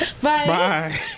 Bye